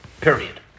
period